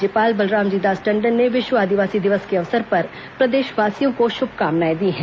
राज्यपाल बलरामजी दास टंडन ने विश्व आदिवासी दिवस के अवसर पर प्रदेशवासियों को शुभकामनाए दी हैं